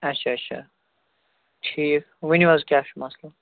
اچھا اچھا ٹھیٖک ؤنِو حظ کیٛاہ چھُ مَسلہٕ